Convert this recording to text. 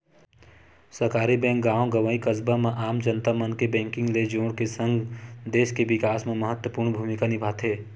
सहकारी बेंक गॉव गंवई, कस्बा म आम जनता मन ल बेंकिग ले जोड़ के सगं, देस के बिकास म महत्वपूर्न भूमिका निभाथे